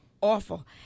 awful